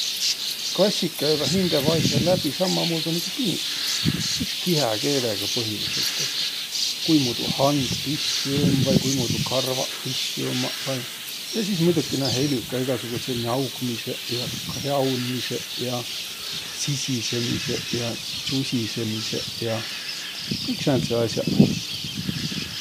Kassiq käüväq hindävaihõl läbi sammamuudu nigu piniq. Iks kihäkeelega põhilidsõlt, et kuimuudu hand pistü um vai kuimuudu karvaq pistü ummaq vai. Ja sis muidokina helüq kah, egäsugudsõq njaugmisõq ja krjaunmisõq ja tsisisemiseq ja tsusisõmisõq ja. Kõik sääntseq as'aq.